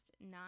nine